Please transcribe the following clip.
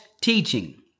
teaching